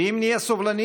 ואם נהיה סובלניים,